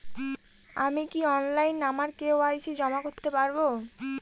আমি কি অনলাইন আমার কে.ওয়াই.সি জমা করতে পারব?